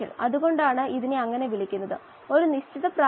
ഇതാണ് ഇലക്ട്രോകെമിക്കൽ പ്രോബിന്റെ തത്ത്വം